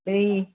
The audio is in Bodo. दै